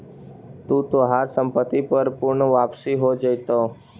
तू तोहार संपत्ति पर पूर्ण वापसी हो जाएतो